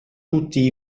tutti